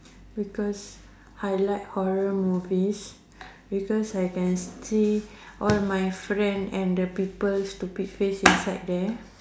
because I like horror movies because I can see all my friend and the people stupid face inside there